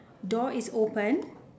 door is open